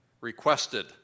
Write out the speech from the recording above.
Requested